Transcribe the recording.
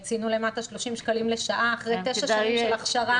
ציינו למטה 30 שקלים לשעה אחרי תשע שנים של הכשרה.